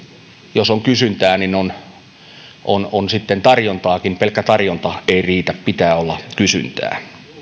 jos on kysyntää niin on on sitten tarjontaakin pelkkä tarjonta ei riitä pitää olla kysyntää